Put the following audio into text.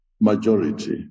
majority